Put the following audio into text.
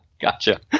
Gotcha